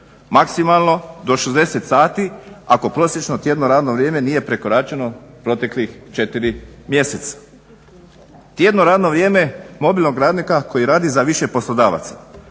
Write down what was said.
Maksimalno do 60 sati, ako prosječno tjedno radno vrijeme nije prekoračeno proteklih 4 mjeseca. Tjedno radno vrijeme mobilnog radnika koji radi za više poslodavaca